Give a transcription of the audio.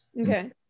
okay